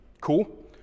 Cool